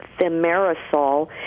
thimerosal